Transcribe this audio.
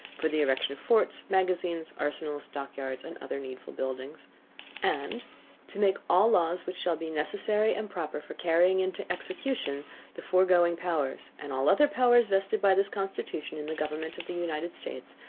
for the erection of forts, magazines, arsenals, dockyards, and other needful buildings and to make all laws which shall be necessary and proper for carrying into execution the foregoing powers, and all other powers vested by this constitution in the government of the united states,